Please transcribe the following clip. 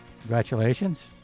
Congratulations